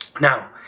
Now